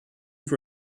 for